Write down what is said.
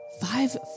five